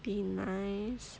be nice